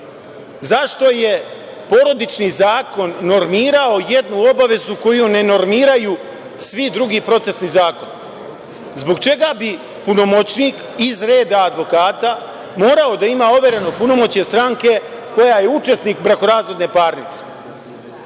Zašto je Porodični zakon normirao jednu obavezu koju ne normiraju svi drugi procesni zakon? Zbog čega bi punomoćnik iz reda advokata morao da ima overeno punomoćje stranke koja je učesnik brakorazvodne parnice,